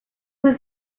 was